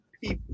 people